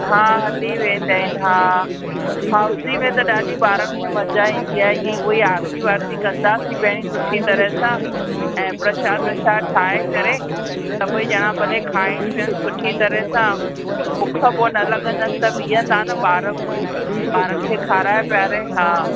हा हली वेंदा आहिनि हा हाउज़ी में त ॾाढी ॿारनि खे मज़ा ईंदी आहे इह ई हुअ ई आरिती वारिती कंदासीं पहिरीं सुठी तरह सां ऐं प्रसाद व्रसाद ठाहे करे सभई ॼणा भले खाइनि पीअनि सुठी तरह सां बुख पोइ न लॻंदनि त बीहंदा न ॿार पोइ ॿारनि खे खाराए पीआरे हा